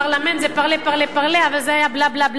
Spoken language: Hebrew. פרלמנט זה parler-parler-parler אבל זה היה בלה-בלה-בלה.